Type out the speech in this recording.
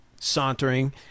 sauntering